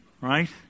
Right